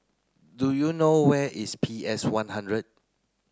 do you know where is P S one hundred